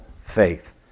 faith